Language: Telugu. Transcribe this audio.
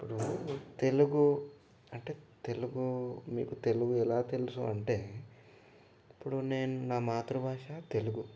ఇప్పుడు తెలుగు అంటే తెలుగు మీకు తెలుగు ఎలా తెలుసు అంటే ఇప్పుడు నేను నా మాతృభాష తెలుగు